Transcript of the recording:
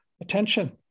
attention